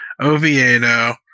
Oviedo